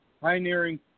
pioneering